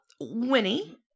Winnie